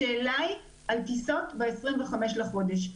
השאלה היא על טיסות ב-25 לחודש.